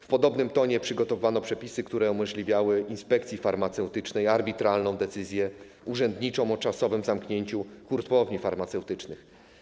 W podobnym tonie przygotowano przepisy, które umożliwiały inspekcji farmaceutycznej arbitralną decyzję urzędniczą o czasowym zamknięciu hurtowni farmaceutycznych.